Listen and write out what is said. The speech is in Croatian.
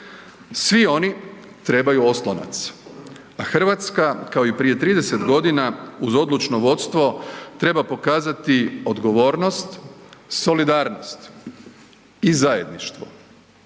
Svi oni trebaju oslonac, a Hrvatska kao i prije 30 godina uz odlučno vodstvo treba pokazati odgovornost, solidarnost i zajedništvo.